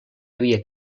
havia